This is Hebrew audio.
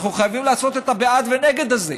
אנחנו חייבים לעשות את ה"בעד ונגד" הזה.